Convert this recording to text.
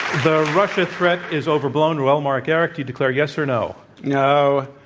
the russia threat is overblown. reuel marc gerecht, do you declare yes or no? no.